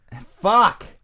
Fuck